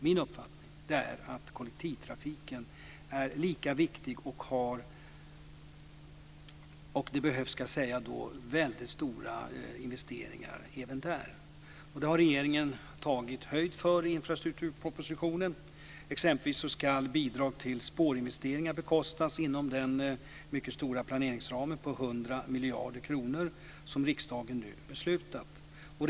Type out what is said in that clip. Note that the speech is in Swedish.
Min uppfattning är att kollektivtrafiken är lika viktig. Det behövs stora investeringar även där. Regeringen har tagit höjd för detta i infrastrukturpropositionen. Exempelvis ska bidrag till spårinvesteringar bekostas inom den mycket stora planeringsram på 100 miljoner kronor som riksdagen nu har beslutat om.